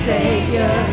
Savior